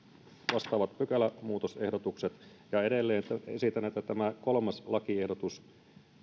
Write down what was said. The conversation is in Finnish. vastaavat pykälämuutosehdotukset edelleen esitän että tämä kolmas lakiehdotus